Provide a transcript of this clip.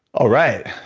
all right.